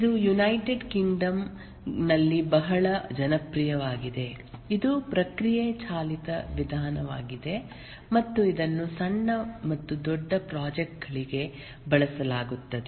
ಇದು United Kingdom ನಲ್ಲಿ ಬಹಳ ಜನಪ್ರಿಯವಾಗಿದೆ ಇದು ಪ್ರಕ್ರಿಯೆ ಚಾಲಿತ ವಿಧಾನವಾಗಿದೆ ಮತ್ತು ಇದನ್ನು ಸಣ್ಣ ಮತ್ತು ದೊಡ್ಡ ಪ್ರಾಜೆಕ್ಟ್ ಗಳಿಗೆ ಬಳಸಲಾಗುತ್ತದೆ